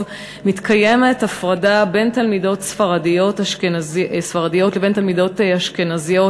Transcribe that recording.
מתקיימת הפרדה בין תלמידות ספרדיות לבין תלמידות אשכנזיות,